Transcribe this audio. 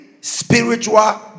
spiritual